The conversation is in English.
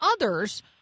others